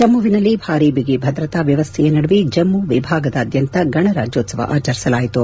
ಜಮ್ಮವಿನಲ್ಲಿ ಭಾರಿ ಬಿಗಿ ಭದ್ರತಾ ವ್ಯವಸ್ಥೆಯ ನಡುವೆ ಜಮ್ಮ ವಿಭಾಗದಾದ್ಯಂತ ಗಣರಾಜ್ಕೋತ್ಸವ ಆಚರಿಸಲಾಯಿತು